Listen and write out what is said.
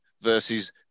versus